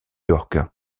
york